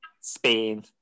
Spain